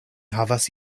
havas